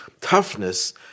toughness